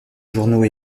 journaux